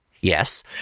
yes